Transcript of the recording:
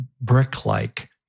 brick-like